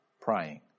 praying